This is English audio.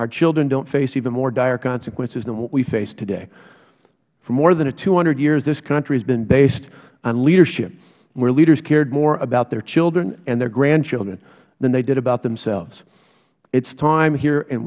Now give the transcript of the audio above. our children dont face even more dire consequences than what we face today for more than two hundred years this country has been based on leadership where leaders cared more about their children and their grandchildren than they did about themselves it is time here in